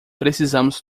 precisamos